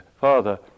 father